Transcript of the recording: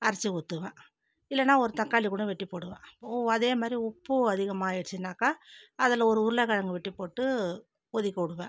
அரசி ஊற்றுவேன் இல்லைனா ஒரு தக்காளி கூட வெட்டி போடுவேன் ஊ அதே மாதிரி உப்பும் அதிகமாயிடுச்சுனாக்கா அதில் ஒரு உருளைக்கிழங்கு வெட்டி போட்டு கொதிக்க விடுவேன்